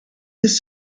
his